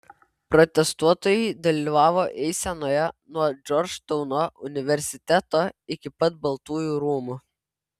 protestuotojai dalyvavo eisenoje nuo džordžtauno universiteto iki pat baltųjų rūmų